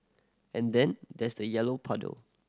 and then there's the yellow puddle